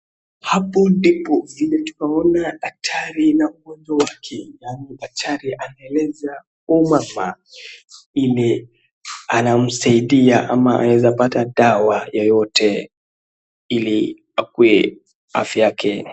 Hapo ndipo vile tunaona daktari na mgonjwa wake, yaani daktari anaeleza huyu mama ile anamsaidia ama anaweza pata dawa yoyote ili akuwe afya yake.